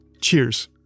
Cheers